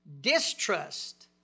distrust